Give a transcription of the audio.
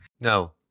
no